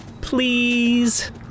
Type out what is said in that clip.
Please